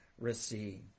receive